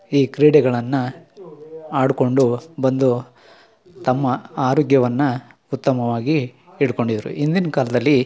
ಈ ಕ್ರೀಡೆಗಳನ್ನು ಆಡಿಕೊಂಡು ಬಂದು ತಮ್ಮ ಆರೋಗ್ಯವನ್ನು ಉತ್ತಮವಾಗಿ ಇಡ್ಕೊಂಡಿದ್ರು ಹಿಂದಿನ್ ಕಾಲದಲ್ಲಿ